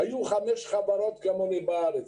היו חמש חברות כמוני בארץ,